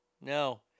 no